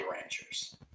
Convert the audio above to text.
ranchers